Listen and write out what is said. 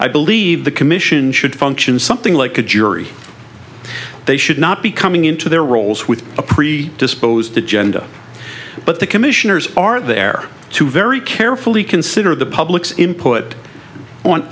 i believe the commission should function something like a jury they should not be coming into their roles with a pre disposed agenda but the commissioners are there to very carefully consider the public's input on